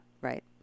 Right